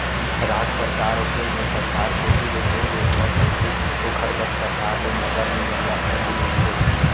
राज सरकार अऊ केंद्र सरकार कोती ले जेन योजना चलथे ओखर बर सरकार ले नगर निगम ल फंड मिलथे